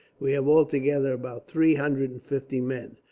we have altogether about three hundred and fifty men.